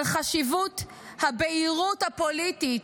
על חשיבות הבהירות הפוליטית,